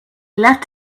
left